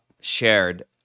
shared